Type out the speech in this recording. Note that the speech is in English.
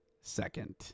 second